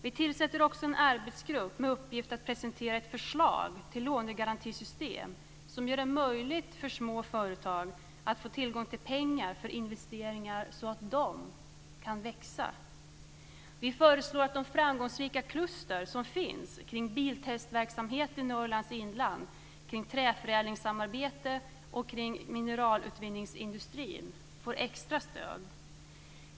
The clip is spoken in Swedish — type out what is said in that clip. Vi tillsätter också en arbetsgrupp med uppgift att presentera ett förslag till lånegarantisystem som gör det möjligt för små företag att få tillgång till pengar för investeringar så att de kan växa. Vi föreslår att de framgångsrika kluster som finns kring biltestverksamhet i Norrlands inland, kring träförädlingssamarbete och kring mineralutvinningsindustrin får extra stöd.